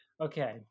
Okay